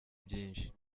byinshi